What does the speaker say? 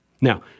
Now